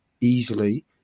easily